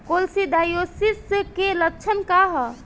Coccidiosis के लक्षण का ह?